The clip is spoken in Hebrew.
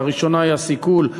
הראשונה היא הסיכול,